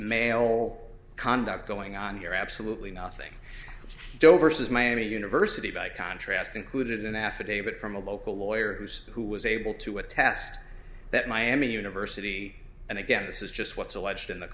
male conduct going on here absolutely nothing dover says miami university by contrast included an affidavit from a local lawyer who's who was able to attest that miami university and again this is just what's alleged in the